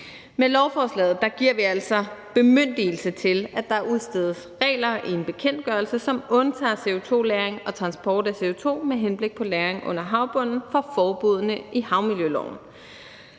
Med lovforslaget giver vi altså bemyndigelse til, at der udstedes regler i en bekendtgørelse, som undtager CO2-lagring og transport af CO2 med henblik på lagring under havbunden fra forbuddene i havmiljøloven.